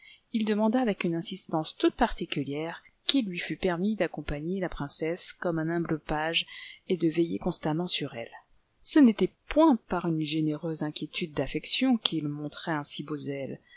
il demanda avec une insistance toute particulière qu'il lui fût permis d'accompagner la princesse comme un humble page et de veiller constamment sur elle ce n'était point par une généreuse inquiétude d'affection qu'il montrait